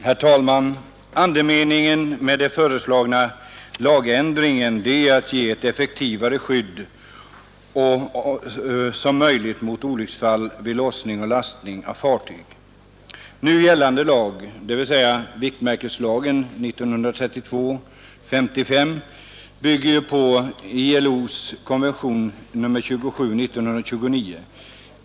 Herr talman! Andemeningen med den föreslagna lagändringen är att ge ett så effektivt skydd som möjligt mot olycksfall vid lossning och lastning av fartyg. Nu gällande lag, dvs. viktmärkeslagen , bygger på ILO:s konvention nr 27 år 1929.